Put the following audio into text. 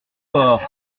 corps